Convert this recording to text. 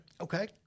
Okay